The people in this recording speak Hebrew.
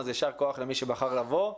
אז יישר כוח למי שבחר לבוא.